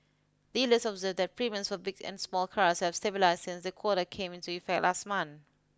dealers observed that premiums for big and small cars have stabilised since the quota came into effect last month